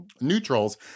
neutrals